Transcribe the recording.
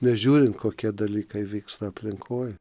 nežiūrint kokie dalykai vyksta aplinkoj